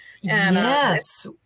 yes